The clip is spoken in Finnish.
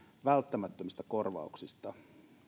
välttämättömistä korvauksista arvoisa herra